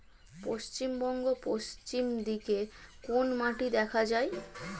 পশ্চিমবঙ্গ পশ্চিম দিকে কোন মাটি দেখা যায়?